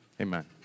amen